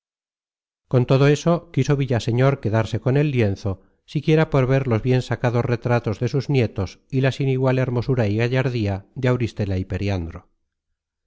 con todo eso quiso villaseñor quedarse con el lienzo siquiera por ver los bien sacados retratos de sus nietos y la sin igual hermosura y gallardía de auristela y periandro